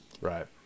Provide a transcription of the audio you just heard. Right